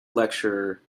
lecturer